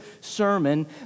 sermon